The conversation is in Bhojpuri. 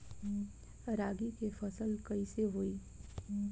रागी के फसल कईसे होई?